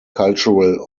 cultural